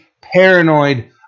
paranoid